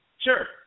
Sure